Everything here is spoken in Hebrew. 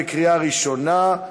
בקריאה ראשונה.